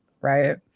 right